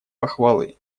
похвалы